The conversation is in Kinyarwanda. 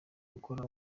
gukora